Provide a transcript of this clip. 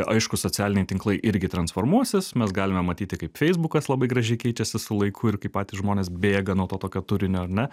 aišku socialiniai tinklai irgi transformuosis mes galime matyti kaip feisbukas labai gražiai keičiasi su laiku ir kaip patys žmonės bėga nuo to tokio turinio ar ne